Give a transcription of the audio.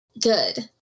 Good